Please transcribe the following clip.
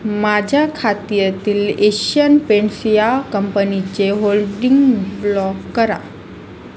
माझ्या खात्यातील Asian paints या कंपनीचे होल्डिंग ब्लॉक करा